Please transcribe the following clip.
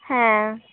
ᱦᱮᱸ